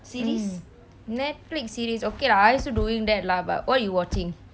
mm netflix series okay lah I also doing that lah but what you watching